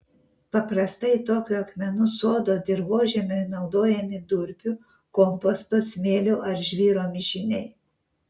paprastai tokio akmenų sodo dirvožemiui naudojami durpių komposto smėlio ar žvyro mišiniai